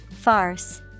Farce